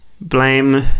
blame